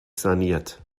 saniert